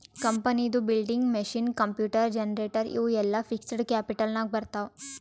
ಕಂಪನಿದು building, machine, computer, generator ಇವು ಎಲ್ಲಾ ಫಿಕ್ಸಡ್ ಕ್ಯಾಪಿಟಲ್ ನಾಗ್ ಬರ್ತಾವ್